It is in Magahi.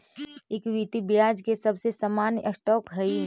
इक्विटी ब्याज के सबसे सामान्य स्टॉक हई